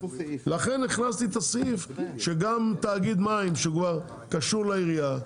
לכן הכנסתי את הסעיף שגם תאגיד מים שכבר קשור לעירייה,